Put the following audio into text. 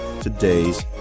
today's